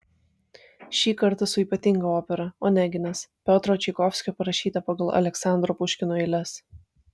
šį kartą su ypatinga opera oneginas piotro čaikovskio parašyta pagal aleksandro puškino eiles